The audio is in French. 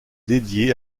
dédié